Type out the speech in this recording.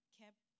kept